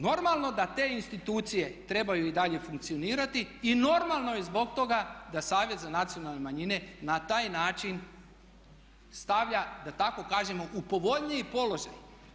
Normalno da te institucije trebaju i dalje funkcionirati i normalno je zbog toga da Savjet za nacionalne manjine na taj način stavlja da tako kažemo u povoljniji položaj.